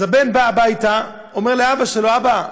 אז הבן בא הביתה ואומר לאבא שלו: אבא,